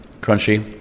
crunchy